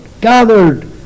gathered